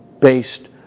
based